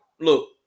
look